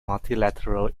multilateral